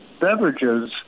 beverages